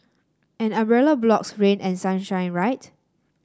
an umbrella blocks rain and sunshine right